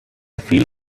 feel